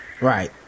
Right